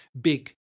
big